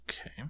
Okay